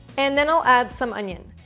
and then i'll add some onion.